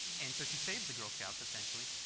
and so she saves the girl scouts essentially.